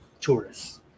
tourists